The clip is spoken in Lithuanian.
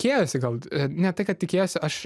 tikėjosi gal ne tai kad tikėjosi aš